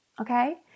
okay